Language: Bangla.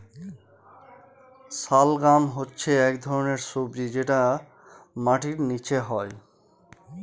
শালগাম হচ্ছে এক ধরনের সবজি যেটা মাটির নীচে হয়